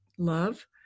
love